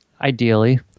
Ideally